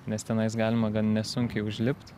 nes tenais galima gan nesunkiai užlipt